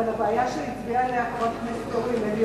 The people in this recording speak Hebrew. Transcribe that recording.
אבל הבעיה שהצביעה עליה חברת הכנסת אורלי לוי,